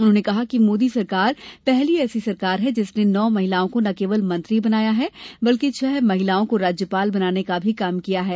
उन्होंने कहा कि मोदी सरकार पहली ऐसी सरकार है जिसने नौ महिलाओं को न केवल मंत्री बनाया है बल्कि छह महिलाओं को राज्यपाल बनाने का भी काम किया है